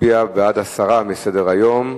מצביע בעד הסרה מסדר-היום.